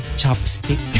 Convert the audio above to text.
chopstick